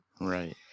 Right